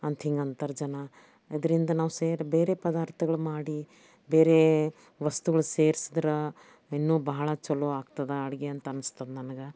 ಅಂತ ಹಿಂಗಂತಾರೆ ಜನ ಇದರಿಂದ ನಾವು ಸೇರಿ ಬೇರೆ ಪದಾರ್ಥಗಳು ಮಾಡಿ ಬೇರೆ ವಸ್ತುಗಳು ಸೇರ್ಸಿದ್ರೆ ಇನ್ನೂ ಭಾಳ ಛಲೋ ಆಗ್ತದ ಅಡುಗೆ ಅಂತ ಅನ್ಸ್ತದೆ ನನಗೆ